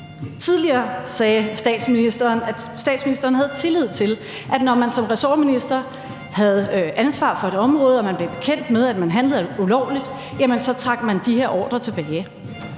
Tidligere sagde statsministeren, at statsministeren havde tillid til, at når man som ressortminister havde ansvar for et område og man blev bekendt med, at man handlede ulovligt, så trak man de her ordrer tilbage.